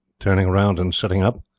turning round and sitting up,